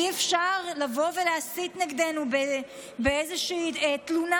אי-אפשר לבוא ולהסית נגדנו באיזושהי תלונה